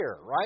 right